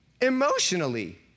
emotionally